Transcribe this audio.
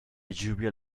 lluvia